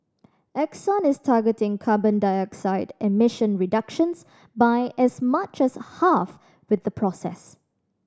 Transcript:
Exxon is targeting carbon dioxide emission reductions by as much as half with the process